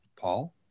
Paul